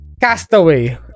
Castaway